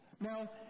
Now